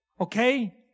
Okay